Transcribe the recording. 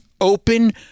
open